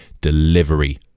delivery